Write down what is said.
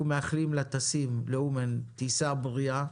אנחנו מאחלים לטסים לאומן טיסה בריאה,